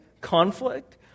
conflict